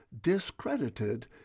discredited